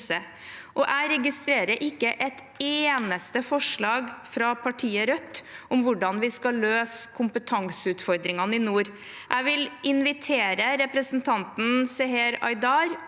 Jeg registrerer ikke et eneste forslag fra partiet Rødt om hvordan vi skal løse kompetanseutfordringene i nord. Jeg vil invitere representanten Seher Aydar